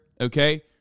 okay